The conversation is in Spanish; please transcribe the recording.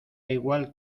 igual